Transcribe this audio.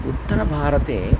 उत्तरभारते